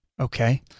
Okay